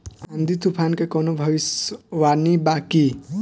आँधी तूफान के कवनों भविष्य वानी बा की?